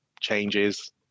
changes